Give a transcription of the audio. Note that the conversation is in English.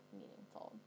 meaningful